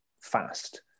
fast